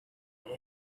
ate